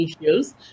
issues